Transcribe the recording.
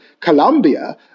Colombia